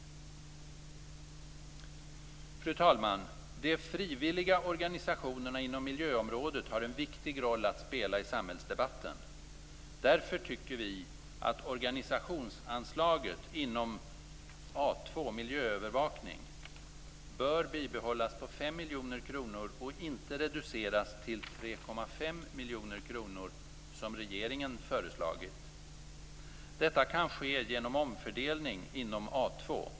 Fru talman! De frivilliga organisationerna inom miljöområdet har en viktig roll att spela i samhällsdebatten. Därför tycker vi att organisationsanslaget inom A 2 Miljöövervakning bör bibehållas på 5 miljoner kronor och inte reduceras till 3,5 miljoner kronor som regeringen föreslagit. Detta kan ske genom omfördelning inom A 2.